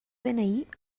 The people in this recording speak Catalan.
dni